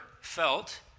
felt